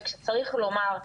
כשצריך לומר,